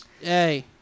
Hey